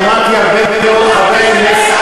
שמעתי הרבה מאוד חברי כנסת,